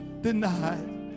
denied